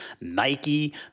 Nike